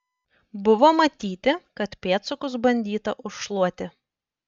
buvo matyti kad pėdsakus bandyta užšluoti